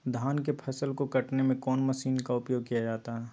धान के फसल को कटने में कौन माशिन का उपयोग किया जाता है?